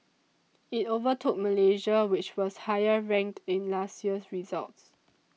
it overtook Malaysia which was higher ranked in last year's results